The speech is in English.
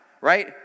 right